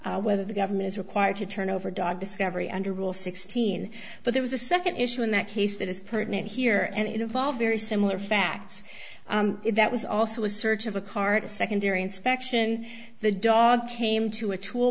with whether the government is required to turn over dog discovery under rule sixteen but there was a second issue in that case that is pertinent here and it involved very similar facts that was also a search of a cart a secondary inspection the dog came to a tool